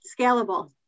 Scalable